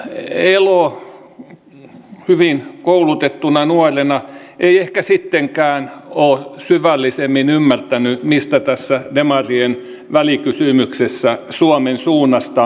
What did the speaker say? edustaja elo hyvin koulutettuna nuorena ei ehkä sittenkään ole syvällisemmin ymmärtänyt mistä tässä demarien välikysymyksessä suomen suunnasta on kysymys